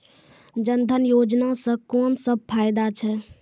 जनधन योजना सॅ कून सब फायदा छै?